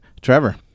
Trevor